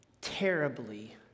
terribly